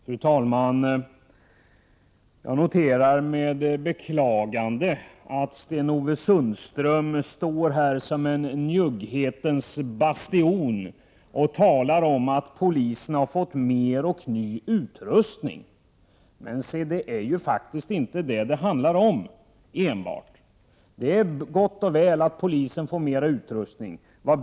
Fru talman! Jag noterar med beklagande att Sundström står här som en njugghetens bastion och talar om att polisen har fått mer och ny utrustning. Det är ju faktiskt inte enbart det det handlar om! Det är gott och väl att polisen får mer utrustning.